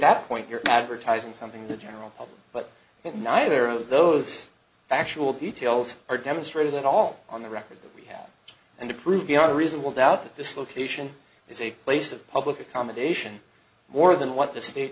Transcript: that point you're advertising something the general public but that neither of those actual details are demonstrated at all on the record that we have and to prove beyond a reasonable doubt that this location is a place of public accommodation more than what the state